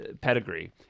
pedigree